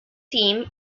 theme